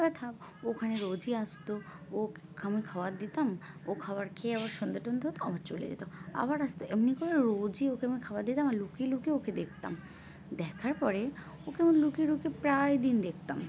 এবার থাক ওখানে রোজই আসতো ওকে আমি খাবার দিতাম ও খাবার খেয়ে আবার সন্ধে টন্ধে হতো আবার চলে যেতো আবার আসতো এমনি করে রোজই ওকে আমি খাবার দিতাম আর লুকিয়ে লুকিয়ে ওকে দেখতাম দেখার পরে ওকে আমি লুকিয়ে লুকিয়ে প্রায় দিন দেখতাম